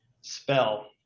spell